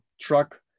truck